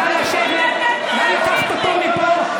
נא לקחת אותו מפה.